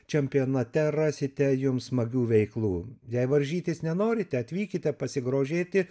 čempionate rasite jums smagių veiklų jei varžytis nenorite atvykite pasigrožėti